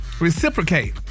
Reciprocate